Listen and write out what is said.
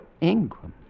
Ingram